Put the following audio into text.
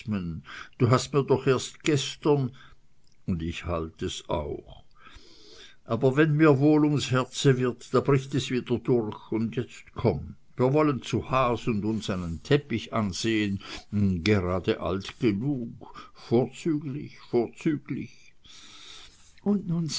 du hast mir doch gestern erst und ich halt es auch aber wenn mir wohl ums herze wird da bricht es wieder durch und jetzt komm wir wollen zu haas und uns einen teppich ansehen gerade alt genug vorzüglich vorzüglich und